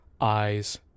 eyes